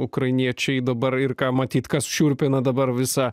ukrainiečiai dabar ir ką matyt kas šiurpina dabar visą